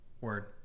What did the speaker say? Word